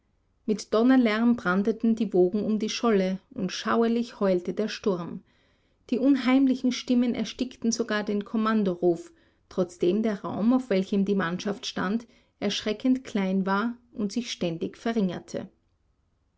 mit donnerlärm brandeten die wogen um die scholle und schauerlich heulte der sturm die unheimlichen stimmen erstickten sogar den kommandoruf trotzdem der raum auf welchem die mannschaft stand erschreckend klein war und sich ständig verringerte